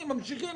ממשיכים,